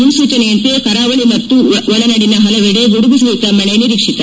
ಮುನ್ನೂಚನೆಯಂತೆ ಕರಾವಳಿ ಮತ್ತು ಒಳನಾಡಿನ ಹಲವೆಡೆ ಗುಡುಗು ಸಹಿತ ಮಳೆ ನಿರೀಕ್ಷಿತ